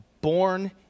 born